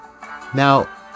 Now